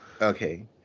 okay